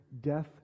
death